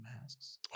masks